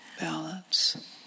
balance